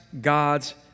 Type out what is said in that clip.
God's